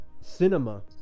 cinema